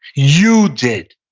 you did.